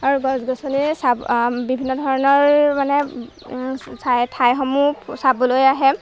গছ গছনিৰে চাব বিভিন্ন ধৰণৰ মানে ঠাইসমূহ চাবলৈ আহে